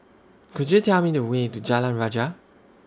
Could YOU Tell Me The Way to Jalan Rajah